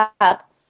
up